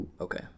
okay